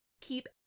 keep